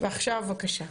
ועכשיו בבקשה.